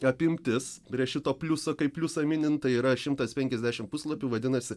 apimtis prie šito pliusą kaip pliusą minint tai yra šimtas penkiasdešimt puslapių vadinasi